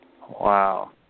Wow